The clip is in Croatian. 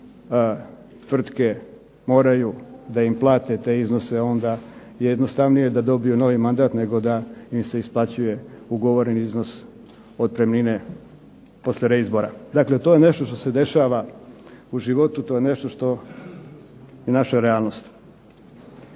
tvrtke moraju da im plate te iznose onda je jednostavnije da dobiju novi mandat nego da im se isplaćuje ugovoreni iznos otpremnine poslije reizbora. Dakle, to je nešto što se dešava u životu to je nešto što je naša realnost.